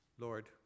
Lord